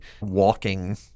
walking